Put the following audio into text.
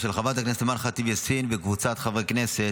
של חברת הכנסת אימאן ח'טיב יאסין וקבוצת חברי הכנסת,